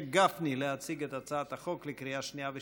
גפני להציג את הצעת החוק בקריאה שנייה ושלישית.